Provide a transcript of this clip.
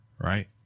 right